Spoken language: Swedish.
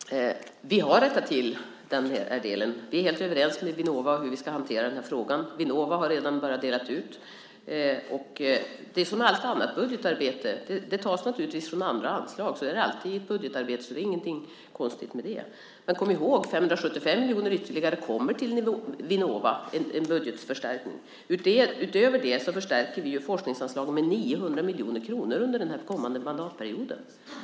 Herr talman! Vi har rättat till den här delen. Vi är helt överens med Vinnova om hur vi ska hantera den här frågan. Vinnova har redan börjat dela ut, och det är som med allt annat budgetarbete: Det tas naturligtvis från andra anslag. Så är det alltid i ett budgetarbete, och det är ingenting konstigt med det. Men kom ihåg: En budgetförstärkning på ytterligare 575 miljoner kommer till Vinnova. Utöver det förstärker vi forskningsanslagen med 900 miljoner kronor under den här mandatperioden.